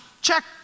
Check